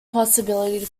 possibility